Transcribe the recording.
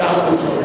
מאה אחוז.